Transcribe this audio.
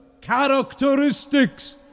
Characteristics